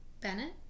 Bennett